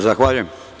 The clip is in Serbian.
Zahvaljujem.